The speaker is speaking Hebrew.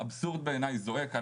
האבסורד בעיניי זועק,